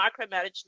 micromanagement